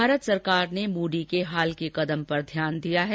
भारत सरकार ने मूडी के हाल के कदम पर ध्यान दिया है